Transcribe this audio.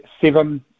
seven